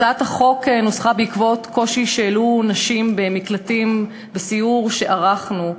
הצעת החוק נוסחה בעקבות קושי שהעלו נשים במקלטים בסיור שערכנו,